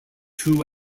two